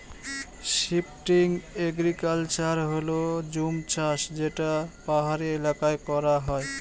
shifting agriculture হল জুম চাষ যেটা পাহাড়ি এলাকায় করা হয়